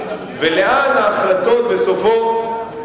ולאן ההחלטות בסופו,